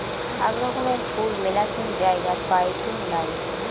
আক রকমের ফুল মেলাছেন জায়গাত পাইচুঙ নাই